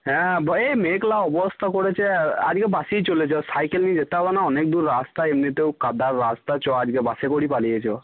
হ্যাঁ এই মেঘলা অবস্থা করেছে আজকে বাসেই চলে যাবো সাইকেল নিয়ে যেতে হবে না অনেক দূর রাস্তা এমনিতেও কাদার রাস্তা চ আজকে বাসে করেই পালিয়ে চল